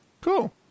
Cool